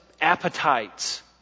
appetites